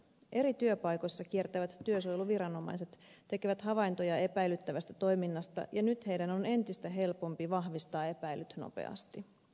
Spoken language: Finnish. eri työpaikoissa kiertävät työsuojeluviranomaiset tekevät havaintoja epäilyttävästä toiminnasta ja nyt heidän on entistä helpompi vahvistaa epäilyt nopeasti